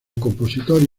compositor